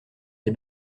les